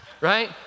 right